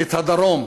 את הדרום,